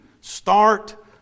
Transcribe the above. start